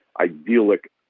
idyllic